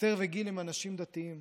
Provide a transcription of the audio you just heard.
אסתר וגיל הם אנשים דתיים.